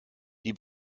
die